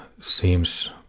seems